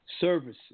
Services